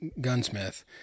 gunsmith